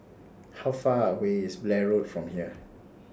How Far away IS Blair Road from here